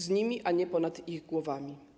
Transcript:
Z nimi, a nie ponad ich głowami.